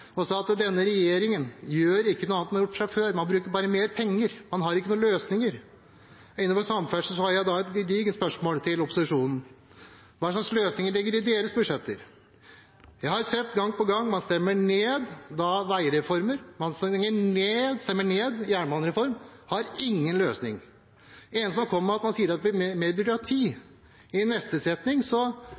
og sa at denne regjeringen ikke gjør noe annet enn det som er gjort før. Man bruker bare mer penger, man har ingen løsninger. Innenfor samferdsel har jeg da et gedigent spørsmål til opposisjonen: Hva slags løsninger ligger i deres budsjetter? Jeg har gang på gang sett at man stemmer ned veireformer og jernbanereform. Man har ingen løsning. Det eneste man kommer med, er at det blir mer byråkrati. I neste setning